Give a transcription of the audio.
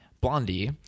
Blondie